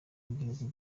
y’ibihugu